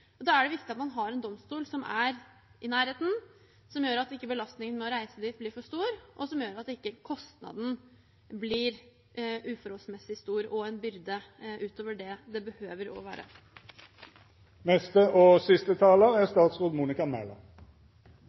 og da er det viktig at man har en domstol som er i nærheten, som gjør at belastningen med å reise dit ikke blir for stor, og som gjør at kostnaden ikke blir uforholdsmessig stor og en byrde utover det det behøver å være.